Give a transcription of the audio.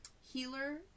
healer